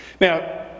Now